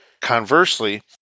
conversely